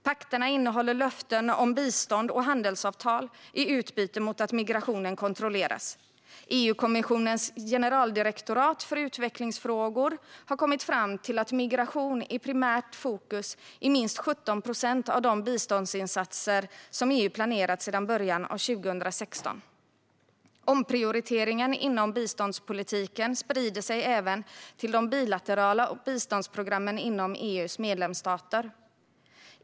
Pakterna innehåller löften om bistånd och handelsavtal i utbyte mot att migrationen kontrolleras. EU-kommissionens generaldirektorat för utvecklingsfrågor har kommit fram till att migration är primärt fokus i minst 17 procent av de biståndsinsatser som EU planerat sedan början av 2016. Omprioriteringen inom biståndspolitiken sprider sig även till de bilaterala biståndsprogrammen inom EU:s medlemsstater.